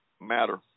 matter